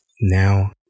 Now